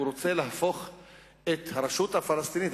הוא רוצה להפוך את הרשות הפלסטינית,